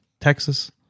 Texas